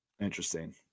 interesting